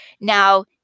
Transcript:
Now